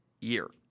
year